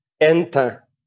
enter